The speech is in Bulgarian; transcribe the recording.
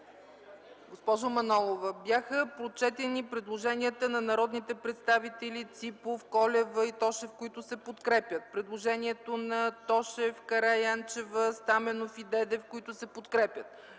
Госпожо Манолова, беше прочетено предложението на народните представители Ципов, Колева и Тошев, което се подкрепя. Предложението на Тошев, Караянчева, Стаменов и Дедев, което се подкрепя.